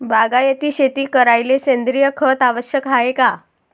बागायती शेती करायले सेंद्रिय खत आवश्यक हाये का?